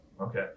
okay